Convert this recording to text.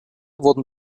wurden